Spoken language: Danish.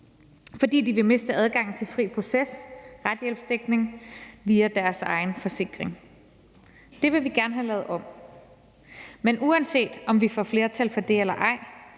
fordi de ville miste adgangen til fri proces og retshjælpsdækning via deres egen forsikring. Det vil vi gerne have lavet om. Men uanset om vi får flertal for det eller ej,